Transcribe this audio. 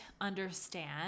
understand